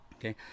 okay